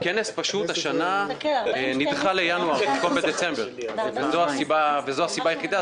הכנס השנה נדחה לינואר במקום בדצמבר וזו הסיבה היחידה.